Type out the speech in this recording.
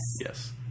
Yes